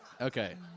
Okay